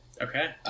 Okay